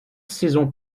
saison